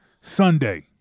sunday